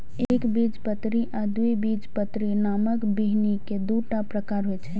एकबीजपत्री आ द्विबीजपत्री नामक बीहनि के दूटा प्रकार होइ छै